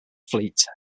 fleet